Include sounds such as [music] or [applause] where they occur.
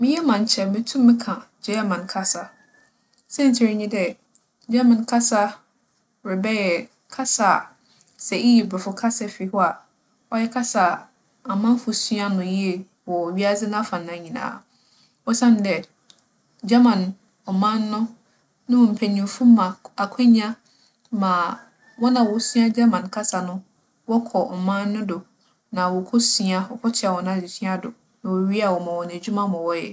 Me yamu a nkyɛ mutum meka German kasa. Siantsir nye dɛ German kasa rebɛyɛ kasa a sɛ iyi Borͻfo kasa fi hͻ a, ͻyɛ kasa a amamfo sua no yie wͻ wiadze n'afanan nyina. Osiandɛ, German ͻman no no mu mpanyimfo ma k - akwannya ma [noise] hͻn a wosua German kasa no wͻkͻ ͻman no do, na wokosua - wͻkͻtoa hͻn adzesua do na wowie a, wͻma hͻn edwuma ma wͻyɛ.